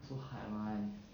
so hard [one]